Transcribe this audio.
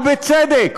ובצדק,